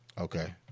Okay